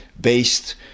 based